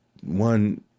one